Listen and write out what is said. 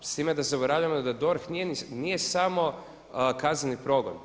S time da zaboravljamo da DORH nije samo kazneni progon.